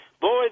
boy